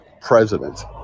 president